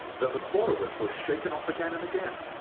that the four of us were shaken off again and again.